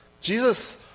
Jesus